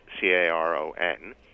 C-A-R-O-N